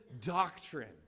doctrine